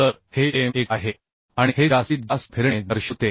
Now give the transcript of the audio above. तर हे m1 आहे आणि हे जास्तीत जास्त फिरणे दर्शवते